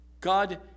God